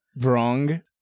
wrong